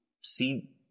see